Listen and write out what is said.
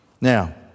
Now